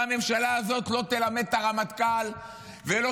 שהממשלה הזאת לא תלמד את הרמטכ"ל ולא